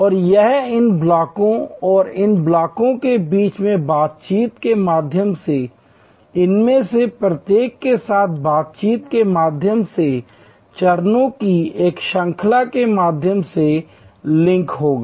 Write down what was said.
और यह इन ब्लॉकों और इन ब्लॉकों के बीच बातचीत के माध्यम से इनमें से प्रत्येक के साथ बातचीत के माध्यम से चरणों की एक श्रृंखला के माध्यम से लिंक होगा